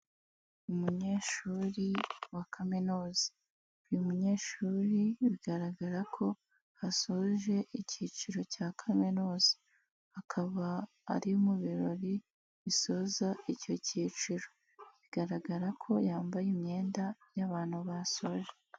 Umunyeshuri wa kaminuza, uyu munyeshuri bigaragara ko asoje ikiciro cya kaminuza, akaba ari mu birori bisoza icyo kiciro, bigaragara ko yambaye imyenda y'abantu basoje.